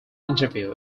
interview